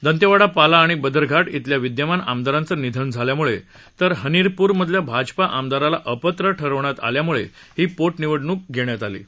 दांतेवाड पाला आणि बदरघाट इथल्या विद्यमान आमदारांचं निधन झाल्यामुळे तर हनीरपूरमधल्या भाजपा आमदाराला अपात्र ठरवण्यात आल्यामुळे ही पोट निवडणूक होत आहे